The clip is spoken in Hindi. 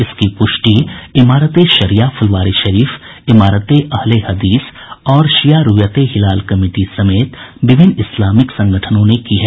इसकी पुष्टि इमारत ए शरिया फुलवारीशरीफ इमारत ए अहले हदीस और शिया रूयते हिलाल कमिटी समेत विभिन्न इस्लामिक संगठनों ने की है